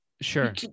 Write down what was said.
Sure